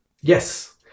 Yes